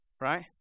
right